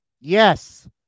Yes